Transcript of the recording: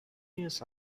years